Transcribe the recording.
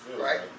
Right